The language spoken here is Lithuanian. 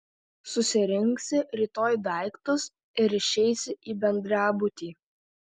susirinksi rytoj daiktus ir išeisi į bendrabutį